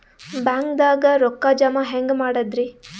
ಬ್ಯಾಂಕ್ದಾಗ ರೊಕ್ಕ ಜಮ ಹೆಂಗ್ ಮಾಡದ್ರಿ?